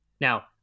Now